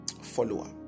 follower